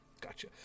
Gotcha